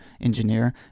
Engineer